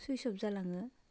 सुइत्स अफ जालाङो